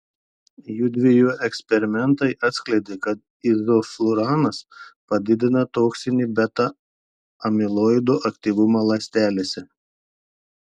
jųdviejų eksperimentai atskleidė kad izofluranas padidina toksinį beta amiloido aktyvumą ląstelėse